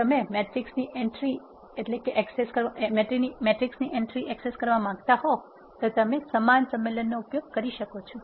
જો તમે મેટ્રિક્સની એન્ટ્રિ એક્સેસ કરવા માંગતા હો તો તમે સમાન સંમેલનનો ઉપયોગ કરી શકો છો